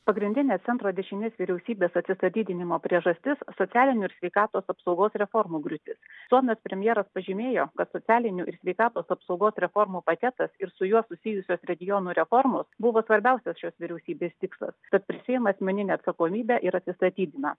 pagrindinė centro dešinės vyriausybės atsistatydinimo priežastis socialinių ir sveikatos apsaugos reformų griūtis suomijos premjeras pažymėjo kad socialinių ir sveikatos apsaugos reformų paketas ir su juo susijusios regionų reformos buvo svarbiausias šios vyriausybės tikslas tad prisiima asmeninę atsakomybę ir atsistatydina